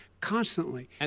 constantly